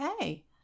Okay